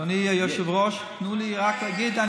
אדוני היושב-ראש, תנו לי רק להגיד.